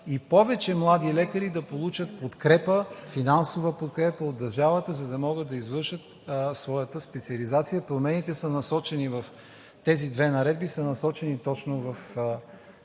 и повече млади лекари да получат финансова подкрепа от държавата, за да могат да извършат своята специализация. Промените в тези две наредби са насочени точно в